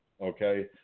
okay